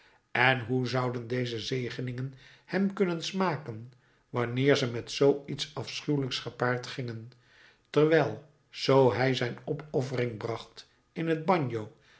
en hoe zouden deze zegeningen hem kunnen smaken wanneer ze met zoo iets afschuwelijks gepaard gingen terwijl zoo hij zijn opoffering bracht in t